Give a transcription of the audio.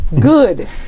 Good